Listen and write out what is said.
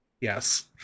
Yes